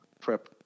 prep